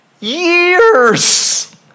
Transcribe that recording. years